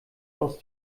aus